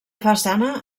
façana